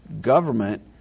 government